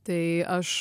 tai aš